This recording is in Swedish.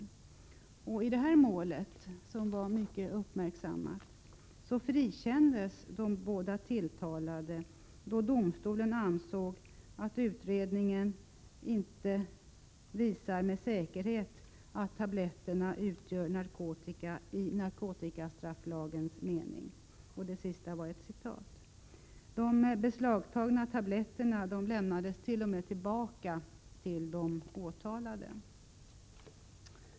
I det mål som beslaget föranledde — vilket blev mycket uppmärksammat — frikändes de båda tilltalade, då domstolen ansåg att utredningen ”inte med säkerhet visar att tabletterna utgör narkotika i narkotikastrafflagens mening”. De beslagtagna tabletterna lämnades t.o.m. tillbaka till de åtalade.